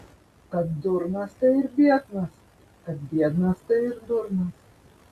kad durnas tai ir biednas kad biednas tai ir durnas